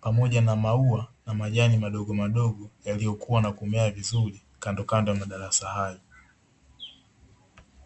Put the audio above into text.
pamoja na maua na majani madogo madogo yaliyokuwa na kumea vizuri kando kando na darasa hayo.